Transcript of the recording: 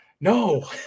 No